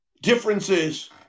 differences